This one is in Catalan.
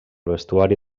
vestuari